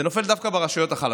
זה נופל דווקא ברשויות החלשות.